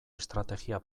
estrategia